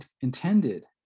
intended